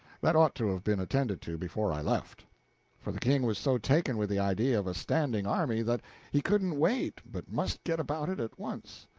that ought to have been attended to before i left for the king was so taken with the idea of a standing army that he couldn't wait but must get about it at once,